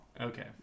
Okay